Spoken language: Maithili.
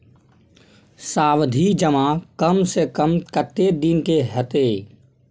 सावधि जमा कम से कम कत्ते दिन के हते?